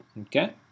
okay